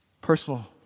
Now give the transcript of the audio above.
personal